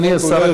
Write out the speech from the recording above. אדוני השר,